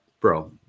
bro